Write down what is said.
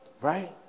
Right